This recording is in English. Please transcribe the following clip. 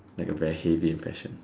like a very heavy impression